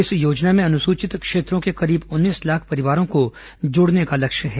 इस योजना में अनुसूचित क्षेत्रों के करीब उन्नीस लाख परिवारों को जोड़ने का लक्ष्य है